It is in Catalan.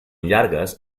llargues